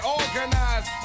organized